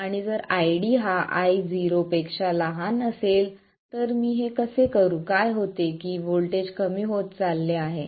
आणि जर ID हा Io पेक्षा लहान असेल तर मी हे कसे करू काय होते की हे व्होल्टेज कमी होत चालले आहे